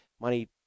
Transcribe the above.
money